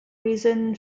reason